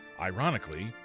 ironically